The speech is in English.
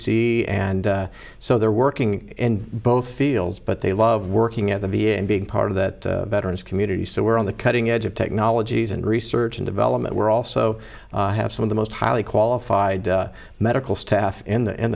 c and so they're working in both fields but they love working at the v a and being part of that veterans community so we're on the cutting edge of technologies and research and development we're also have some of the most highly qualified medical staff in the in